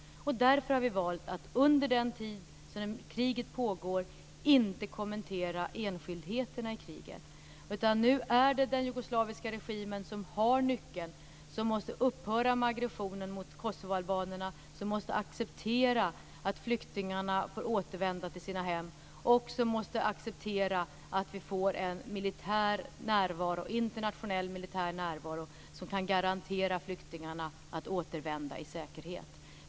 Vi har därför valt att under den tid som kriget pågår inte kommentera enskildheterna i kriget. Nu är det den jugoslaviska regimen som har nyckeln och som måste upphöra med aggressionen mot kosovoalbanerna. Den måste acceptera att flyktingarna får återvända till sina hem och att vi får en internationell militär närvaro som kan garantera att flyktingarna kan återvända i säkerhet.